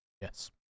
yes